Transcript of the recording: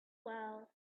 well